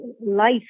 life